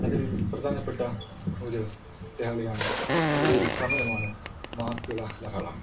അതിൽ പ്രധാനപ്പെട്ട ഒരു ലഹളയാണ് ഒരു സമരമാണ് മാപ്പിള ലഹള